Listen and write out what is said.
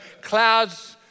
clouds